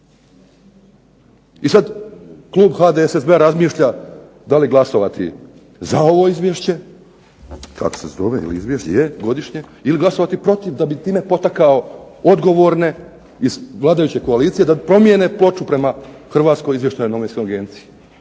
I sad klub HDSSB-a razmišlja da li glasovati za ovo Izvješće kako se zove, je godišnje ili glasovati protiv da bi time potakao odgovorne iz vladajuće koalicije da promijene ploču prema Hrvatskoj izvještajnoj novinskoj agenciji.